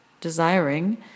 desiring